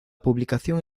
publicación